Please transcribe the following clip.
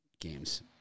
games